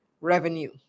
revenue